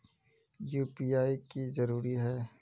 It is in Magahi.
यु.पी.आई की जरूरी है?